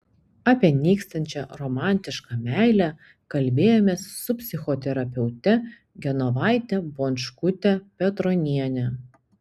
apie nykstančią romantišką meilę kalbėjomės su psichoterapeute genovaite bončkute petroniene